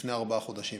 לפני ארבעה חודשים.